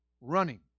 running